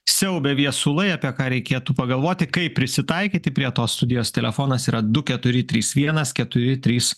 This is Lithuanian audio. siaubia viesulai apie ką reikėtų pagalvoti kaip prisitaikyti prie to studijos telefonas yra du keturi trys vienas keturi trys